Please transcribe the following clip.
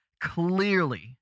clearly